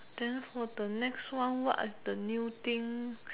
then for the next one what is the new thing